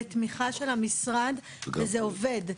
בתמיכה של המשרד וזה עובד.